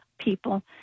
people